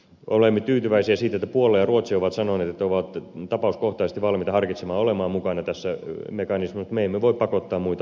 olemme tyytyväisiä siitä että puola ja ruotsi ovat sanoneet että ovat tapauskohtaisesti valmiita harkitsemaan olevansa mukana tässä mekanismissa mutta me emme voi pakottaa muita olemaan mukana